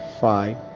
five